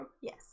Yes